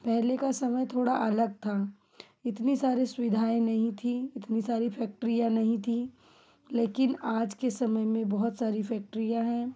पहले का समय थोड़ा अलग था इतनी सारी सुविधाएँ नहीं थी इतनी सारी फैक्ट्रियाँ नहीं थी लेकिन आज के समय में बहुत सारी फैक्ट्रियाँ हैं